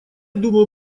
думаю